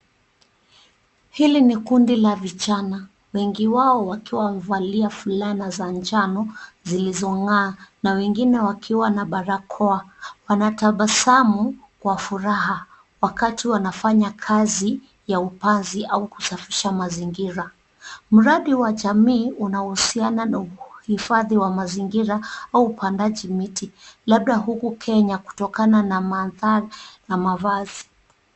Hili ni kundi la vijana, wengi wao wakiwa wamevalia fulana za njano zilizong'aa na wengine wakiwa na barakoa. Wanatabasamu kwa furaha wakati wanafanya kazi ya upanzi au kusafisha mazingira. Mradi wa jamii unahusiana na uhifadhi wa mazingira au upandaji miti labda huku Kenya kutokana na mandhari na mavazi.